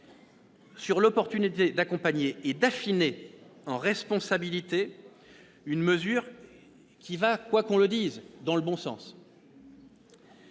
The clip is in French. sur l'opportunité d'accompagner et d'affiner, en responsabilité, une mesure qui va, quoi qu'on en dise, dans le bon sens.